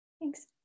thanks